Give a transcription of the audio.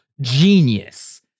Genius